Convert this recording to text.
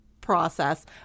process